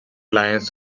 lions